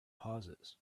pauses